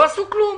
לא עשו כלום,